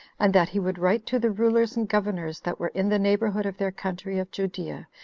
and that he would write to the rulers and governors that were in the neighborhood of their country of judea,